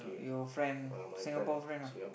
your friend Singapore friend ah